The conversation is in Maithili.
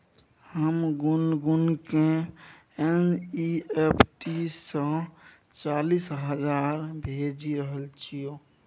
हम गुनगुनकेँ एन.ई.एफ.टी सँ चालीस हजार भेजि रहल छलहुँ